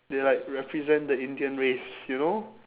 they like represent the indian race you know